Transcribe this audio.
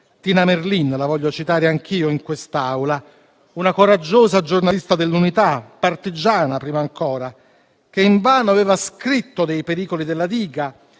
Tina Merlin - la voglio citare anch'io in quest'Aula - una coraggiosa giornalista dell'Unità, partigiana prima ancora, che invano aveva scritto dei pericoli della diga